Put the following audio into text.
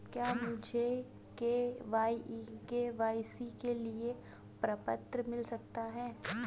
क्या मुझे के.वाई.सी के लिए प्रपत्र मिल सकता है?